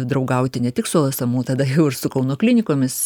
draugauti ne tik su lsmu tada jau ir su kauno klinikomis